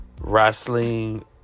wrestling